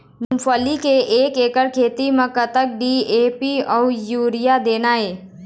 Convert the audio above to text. मूंगफली के एक एकड़ खेती म कतक डी.ए.पी अउ यूरिया देना ये?